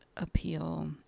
Appeal